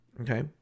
Okay